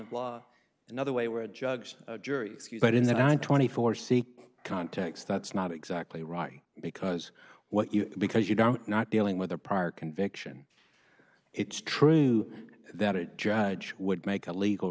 of law another way where a judge jury excuse but in that i twenty four seek context that's not exactly right because what you because you don't not dealing with a prior conviction it's true that it judge would make a legal